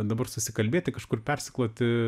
dabar susikalbėti kažkur persikloti